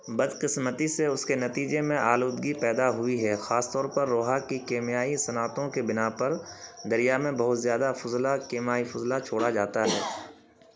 بدقسمتی سے اس کے نتیجے میں آلودگی پیدا ہوئی ہے خاص طور پر روہا کی کیمیائی صنعتوں کے بنا پر دریا میں بہت زیادہ فضلہ کیمائی فضلہ چھوڑا جاتا ہے